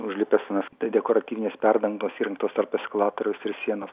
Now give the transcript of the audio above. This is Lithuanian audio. užlipęs ant dekoratyvinės perdangos įrengtos tarp eskalatoriaus ir sienos